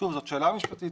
זאת שאלה משפטית,